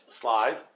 slide